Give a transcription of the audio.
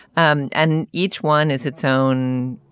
and and each one is its own